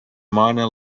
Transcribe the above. minor